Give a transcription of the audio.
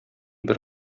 бер